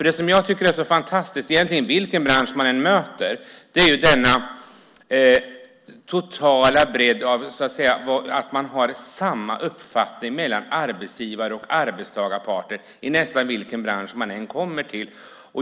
Det som jag tycker är så fantastiskt, vilken bransch man än möter egentligen, är den här totala bredden, att man har samma uppfattning mellan arbetsgivare och arbetstagare i nästan vilken bransch man än kommer till.